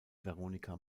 veronica